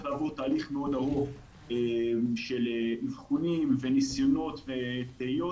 לעבור תהליך מאוד ארוך של אבחונים וניסיונות ותהיות,